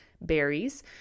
berries